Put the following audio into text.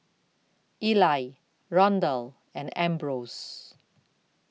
Ely Rondal and Ambrose